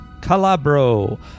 Calabro